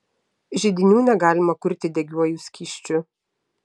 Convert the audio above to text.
židinių negalima kurti degiuoju skysčiu